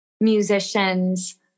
musicians